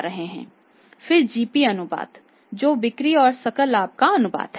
फिर जीपी अनुपात जो बिक्री और सकल लाभ का अनुपात है